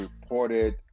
reported